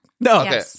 No